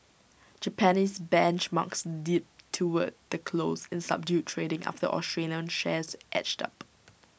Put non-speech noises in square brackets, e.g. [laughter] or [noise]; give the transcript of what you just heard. Japanese benchmarks dipped toward the close in subdued trading after Australian shares edged up [noise]